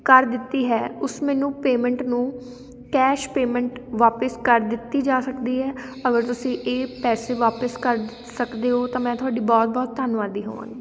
ਕਰ ਦਿੱਤੀ ਹੈ ਉਸ ਮੈਨੂੰ ਪੇਮੈਂਟ ਨੂੰ ਕੈਸ਼ ਪੇਮੈਂਟ ਵਾਪਸ ਕਰ ਦਿੱਤੀ ਜਾ ਸਕਦੀ ਹੈ ਅਗਰ ਤੁਸੀਂ ਇਹ ਪੈਸੇ ਵਾਪਸ ਕਰ ਸਕਦੇ ਹੋ ਤਾਂ ਮੈਂ ਤੁਹਾਡੀ ਬਹੁਤ ਬਹੁਤ ਧੰਨਵਾਦੀ ਹੋਵਾਂਗੀ